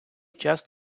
час